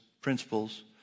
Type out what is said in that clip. principles